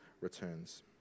returns